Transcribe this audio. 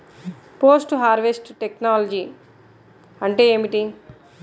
Post harvest technology అంటే ఏమిటి?